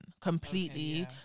completely